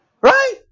Right